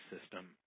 system